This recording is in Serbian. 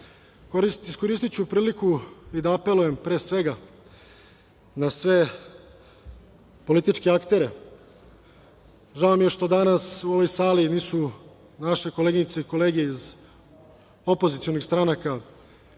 interesa. Iskoristiću priliku i da apelujem, pre svega, na sve političke aktere. Žao mi je što danas u ovoj sali nisu naše koleginice i kolege iz opozicionih stranaka,